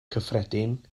cyffredin